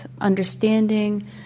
understanding